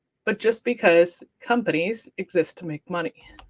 but just because companies exist to make money.